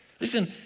Listen